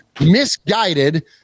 misguided